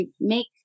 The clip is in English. make